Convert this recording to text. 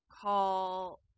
call